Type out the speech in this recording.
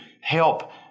help